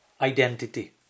identity